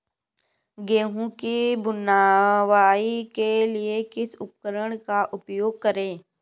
गेहूँ की बुवाई के लिए किस उपकरण का उपयोग करें?